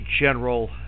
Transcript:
general